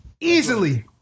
Easily